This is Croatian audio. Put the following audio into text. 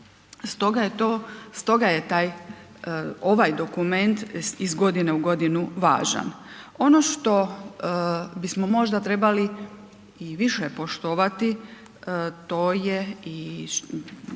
taj, ovaj dokument iz godine u godinu važan. Ono što bismo možda trebali i više poštovati to je